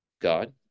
God